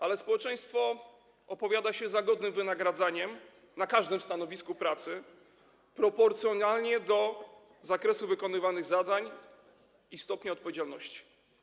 Ale społeczeństwo opowiada się za godnym wynagradzaniem na każdym stanowisku pracy, proporcjonalnie do zakresu wykonywanych zadań i stopnia odpowiedzialności.